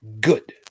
Good